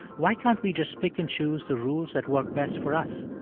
why can't we just pick and choose the rules that work best for us?